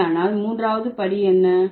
அப்படியானால் மூன்றாவது படி என்ன